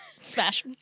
smash